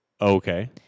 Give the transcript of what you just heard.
Okay